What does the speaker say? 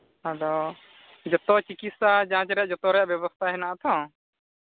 ᱟᱫᱚ ᱡᱚᱛᱚ ᱪᱤᱠᱤᱛᱥᱟ ᱡᱟᱡᱽ ᱨᱮᱭᱟᱜ ᱡᱚᱛᱚ ᱨᱮᱭᱟᱜ ᱵᱮᱵᱚᱥᱛᱷᱟ ᱦᱮᱱᱟᱜ ᱟᱛᱚ